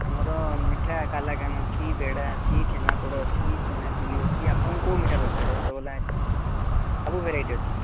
ଆମର ମିଠା କାଲାକାନ୍ ଅଛି ପେଡ଼ା ଅଛି ଛେନାପୋଡ଼ ଅଛି ଛେନାଝିଲ୍ଲୀ ଅଛି ଆପଣଙ୍କୁ କେଉଁ ମିଠା ଦରକାର ରସଗୋଲା ଅଛି ସବୁ ଭେରାଇଟି ଅଛି